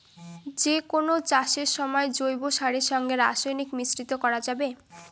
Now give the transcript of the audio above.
যে কোন চাষের সময় জৈব সারের সঙ্গে রাসায়নিক মিশ্রিত করা যাবে কি?